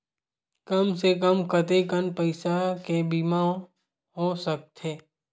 कम से कम कतेकन पईसा के बीमा हो सकथे?